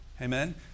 Amen